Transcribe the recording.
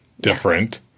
different